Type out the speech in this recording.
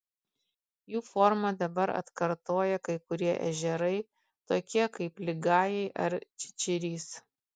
jų formą dabar atkartoja kai kurie ežerai tokie kaip ligajai ar čičirys